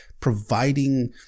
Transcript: providing